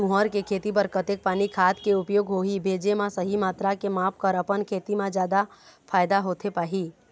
तुंहर के खेती बर कतेक पानी खाद के उपयोग होही भेजे मा सही मात्रा के माप कर अपन खेती मा जादा फायदा होथे पाही?